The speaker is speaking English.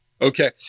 Okay